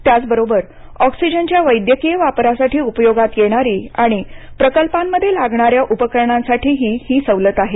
त्याचबरोबर ऑक्सिजनच्या वैद्यकीय वापरासाठी उपयोगात येणारी आणि प्रकल्पांमध्ये लागणाऱ्या उपकरणांसाठीही ही सवलत आहे